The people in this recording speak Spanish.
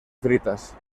fritas